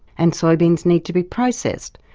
and soybeans need to be processed,